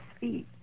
feet